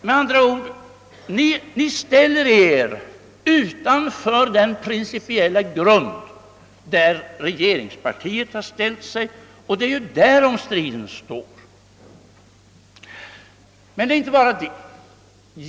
Med andra ord: ni ställer er utanför den principiella grund på vilken regeringspartiet står. Det är det striden gäller.